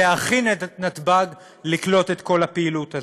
להכין את נתב"ג לקלוט את כל הפעילות הזאת.